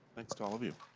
to all of you.